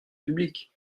publique